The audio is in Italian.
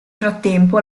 frattempo